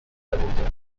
davantage